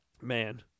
man